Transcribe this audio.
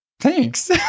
Thanks